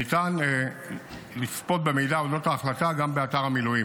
ניתן לצפות במידע אודות ההחלטה גם באתר המילואים.